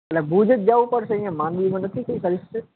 એટલે ભુજ જ જવું પડશે એમ માંડવીમાં નથી કંઈ સર્વિસીસ